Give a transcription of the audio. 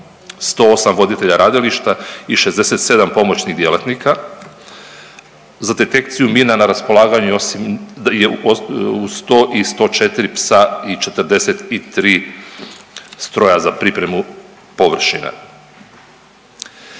108 voditelja radilišta i 67 pomoćnih djelatnika. Za detekciju mina, na raspolaganju je 104 psa i 43 stroja za pripremu površine.